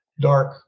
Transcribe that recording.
dark